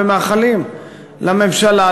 ומאחלים לממשלה,